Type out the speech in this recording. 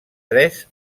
tres